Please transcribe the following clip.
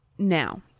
Now